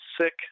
sick